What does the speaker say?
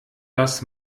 das